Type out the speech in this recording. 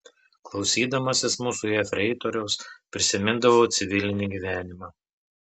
klausydamasis mūsų jefreitoriaus prisimindavau civilinį gyvenimą